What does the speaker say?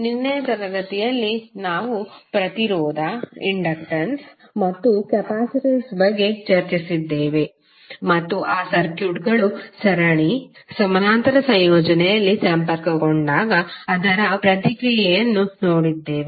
ನಿನ್ನೆ ತರಗತಿಯಲ್ಲಿ ನಾವು ಪ್ರತಿರೋಧ ಇಂಡಕ್ಟನ್ಸ್ ಮತ್ತು ಕೆಪಾಸಿಟನ್ಸ್ ಬಗ್ಗೆ ಚರ್ಚಿಸಿದ್ದೇವೆ ಮತ್ತು ಆ ಸರ್ಕ್ಯೂಟ್ಗಳು ಸರಣಿ ಸಮಾನಾಂತರ ಸಂಯೋಜನೆಯಲ್ಲಿ ಸಂಪರ್ಕಗೊಂಡಾಗ ಅದರ ಪ್ರತಿಕ್ರಿಯೆಯನ್ನು ನೋಡಿದ್ದೇವೆ